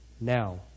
now